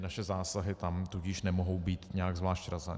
Naše zásahy tam tudíž nemohou být nějak zvlášť razantní.